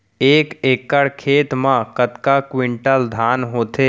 एक एकड़ खेत मा कतका क्विंटल धान होथे?